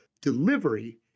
delivery